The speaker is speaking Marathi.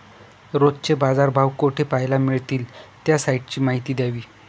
रोजचे बाजारभाव कोठे पहायला मिळतील? त्या साईटची माहिती द्यावी